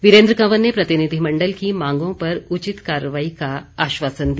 वीरेंद्र कंवर ने प्रतिनिधिमंडल की मांगों पर उचित कार्यवाई का आश्वासन दिया